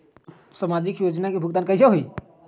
समाजिक योजना के भुगतान कैसे होई?